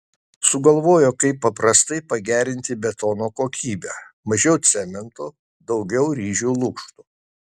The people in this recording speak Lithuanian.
sugalvojo kaip paprastai pagerinti betono kokybę mažiau cemento daugiau ryžių lukštų